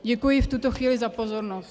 Děkuji v tuto chvíli za pozornost.